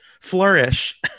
flourish